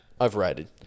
Overrated